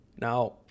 Now